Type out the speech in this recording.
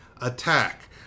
attack